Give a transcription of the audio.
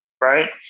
Right